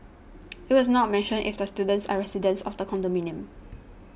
it was not mentioned if the students are residents of the condominium